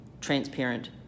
transparent